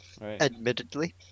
Admittedly